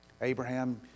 Abraham